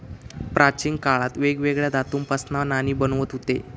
प्राचीन काळात वेगवेगळ्या धातूंपासना नाणी बनवत हुते